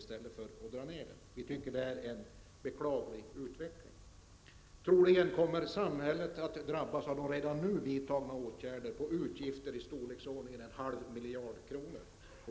Jag tycker att det är en beklaglig utveckling. Troligen kommer samhället att drabbas av de redan nu vidtagna åtgärderna med utgifter i storleksordningen en halv miljard.